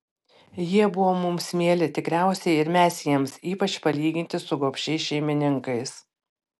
jie buvo mums mieli tikriausiai ir mes jiems ypač palyginti su gobšiais šeimininkais